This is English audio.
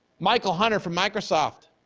michael hunter from microsoft,